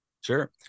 Sure